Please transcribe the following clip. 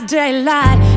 daylight